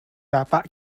bapak